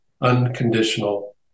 unconditional